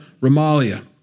Ramalia